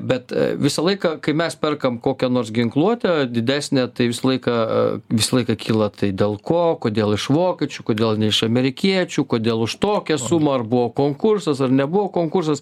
bet visą laiką kai mes perkam kokią nors ginkluotę didesnę tai visą laiką visą laiką kyla tai dėl ko kodėl iš vokiečių kodėl ne iš amerikiečių kodėl už tokią sumą ar buvo konkursas ar nebuvo konkursas